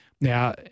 Now